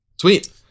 Sweet